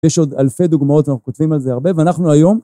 יש עוד אלפי דוגמאות, אנחנו כותבים על זה הרבה, ואנחנו היום...